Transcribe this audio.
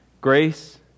grace